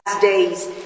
days